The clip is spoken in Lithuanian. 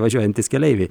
važiuojantys keleiviai